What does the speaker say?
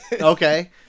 Okay